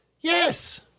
yes